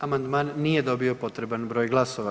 Amandman nije dobio potreban broj glasova.